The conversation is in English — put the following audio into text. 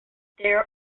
there